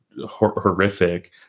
horrific